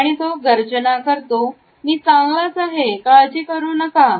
आणि तो गर्जना करतो " मी चांगलाच आहे काळजी करू नका"